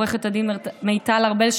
עו"ד מיטל ארבל,